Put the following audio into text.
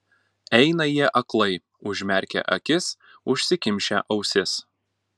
eina jie aklai užmerkę akis užsikimšę ausis